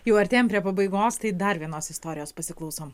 jau artėjam prie pabaigos tai dar vienos istorijos pasiklausom